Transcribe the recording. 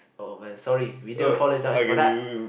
oh man sorry we do apologise for that